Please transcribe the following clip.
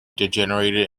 degenerated